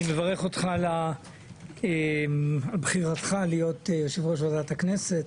אני מברך אותך על בחירתך להיות יושב-ראש ועדת הכנסת.